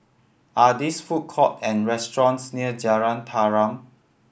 are these food court or restaurants near Jalan Tarum